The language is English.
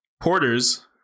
porters